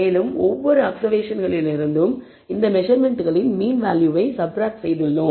மேலும் ஒவ்வொரு அப்சர்வேஷன்களிலிருந்தும் இந்த மெசர்மென்ட்களின் மீன் வேல்யூவை சப்ராக்ட் செய்துள்ளோம்